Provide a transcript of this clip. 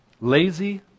Lazy